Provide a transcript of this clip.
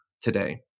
today